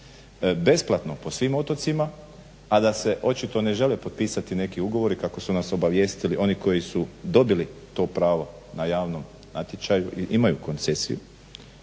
besplatno po svim otocima a da se očito ne žele potpisati neki ugovori kako su nas obavijestili oni koji su dobili to pravo na javnom natječaju i imaju koncesiju.